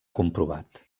comprovat